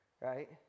right